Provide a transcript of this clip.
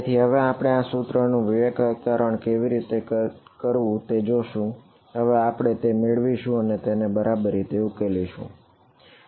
તેથી હવે આપણે આ સૂત્રનું વિવેકીકરણ કેવીરીતે કરવું તે જોશું હવે આપણે તે મેળવીશું અને તેને ઉકેલીશું બરાબર